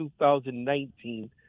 2019